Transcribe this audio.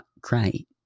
great